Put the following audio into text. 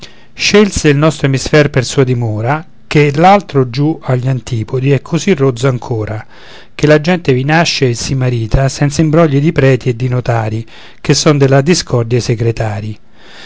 scelse il nostro emisfer per sua dimora ché l'altro giù agli antipodi è così rozzo ancora che la gente vi nasce e si marita senza imbrogli di preti e di notari che son della discordia i segretari